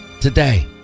today